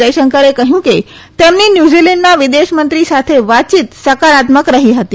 જયશંકરે કહ્યું કે તેમની ન્યુઝીલેન્ડના વિદેશમંત્રી સાથે વાતચીત સકારાત્મક રઠી